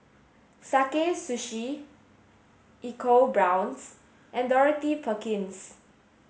Sakae Sushi EcoBrown's and Dorothy Perkins